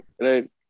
right